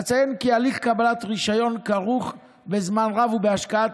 אציין כי הליך קבלת רישיון כרוך בזמן רב ובהשקעת